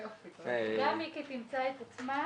גם מיקי תמצא את עצמה